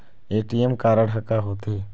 ATM card हा का होते?